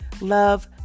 love